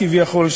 כביכול,